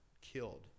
killed